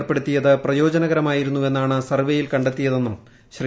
ഏർപ്പെടുത്തിയത് പ്രയോജനകരമായിരുന്നുവെന്നാണ് സർവേയിൽ കണ്ടെത്തിയതെന്നും ഡോ